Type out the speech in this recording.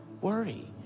worry